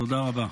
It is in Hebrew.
תודה רבה.